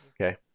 Okay